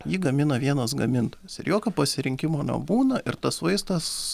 jį gamina vienas gamintojas ir jokio pasirinkimo nebūna ir tas vaistas